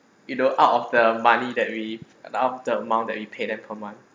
you know out of the money that we out of the amount that we pay them per month